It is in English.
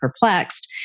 perplexed